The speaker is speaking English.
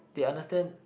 they understand